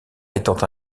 étant